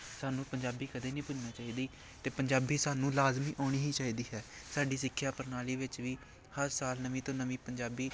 ਸਾਨੂੰ ਪੰਜਾਬੀ ਕਦੇ ਨਹੀਂ ਭੁੱਲਣੀ ਚਾਹੀਦੀ ਅਤੇ ਪੰਜਾਬੀ ਸਾਨੂੰ ਲਾਜ਼ਮੀ ਆਉਣੀ ਹੀ ਚਾਹੀਦੀ ਹੈ ਸਾਡੀ ਸਿੱਖਿਆ ਪ੍ਰਣਾਲੀ ਵਿੱਚ ਵੀ ਹਰ ਸਾਲ ਨਵੀਂ ਤੋਂ ਨਵੀਂ ਪੰਜਾਬੀ